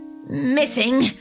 Missing